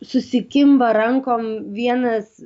susikimba rankom vienas